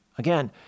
Again